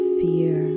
fear